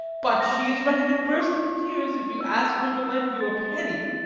but she is ready to burst into tears if you ask her to lend you a penny.